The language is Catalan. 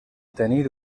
tenir